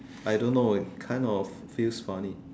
I don't know it kind of feels funny